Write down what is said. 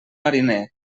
mariner